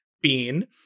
Bean